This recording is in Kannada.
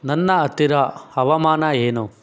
ನನ್ನ ಹತ್ತಿರ ಹವಾಮಾನ ಏನು